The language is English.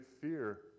fear